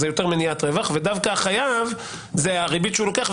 זה יותר מניעת רווח; ודווקא החייב זו הריבית שהוא לוקח,